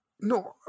No